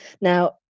Now